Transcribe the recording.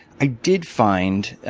i did find,